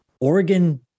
Oregon